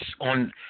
on